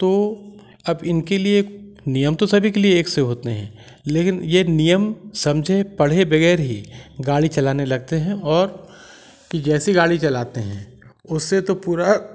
तो अब इनके लिए नियम तो सभी के लिए एक से होते हैं लेकिन ये नियम समझे पढ़े वगैर ही गाड़ी चलाने लगते हैं और ये ऐसी गाड़ी चलाते हैं उससे तो पूरा